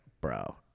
bro